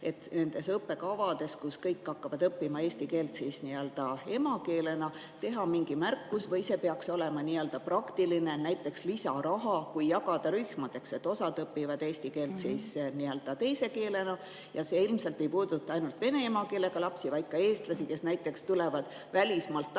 et nendes õppekavades, kus kõik hakkavad õppima eesti keelt siis nii-öelda emakeelena, teha mingi märkus või see peaks olema nii-öelda praktiline, näiteks lisaraha, kui jagada rühmadeks, et osa õpivad eesti keelt siis nii-öelda teise keelena? See ilmselt ei puuduta ainult vene emakeelega lapsi, vaid ka eestlasi, kes näiteks tulevad välismaalt tagasi